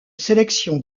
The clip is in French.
sélection